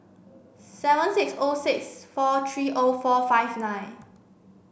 seven six O six four three O four five nine